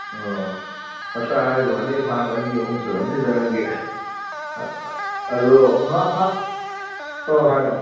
ꯑꯣ ꯃꯆꯥ ꯍꯥꯏꯕꯩꯋꯥꯅꯤ ꯐꯥꯝ ꯑꯅꯤ ꯑꯍꯨꯝ ꯁꯨꯔꯝꯅꯤꯗ ꯅꯪꯒꯤ ꯑꯗꯨ ꯑꯣ ꯍꯥꯏꯔꯛꯑꯣ